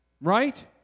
Right